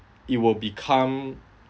it will become